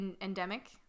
endemic